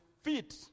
feet